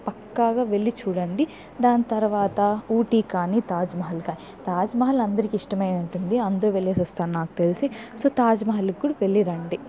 పక్కాగా వెళ్ళి చూడండి దాని తర్వాత ఊటీకాని తాజ్మహల్ కానీ తాజ్మహల్ అందరికీ ఇష్టమే ఉంటుంది అందరూ వెళ్ళేసి వస్తారు నాకు తెలిసి సో తాజ్మహల్కి వెళ్ళిరండి